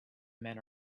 men